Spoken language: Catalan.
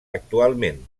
actualment